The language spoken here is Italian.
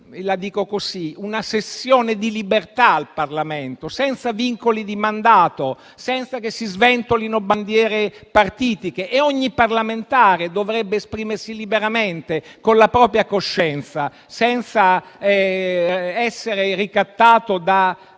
una sessione di libertà al Parlamento, senza vincoli di mandato, e senza che si sventolino bandiere partitiche. Ogni parlamentare dovrebbe esprimersi liberamente con la propria coscienza, senza essere ricattato da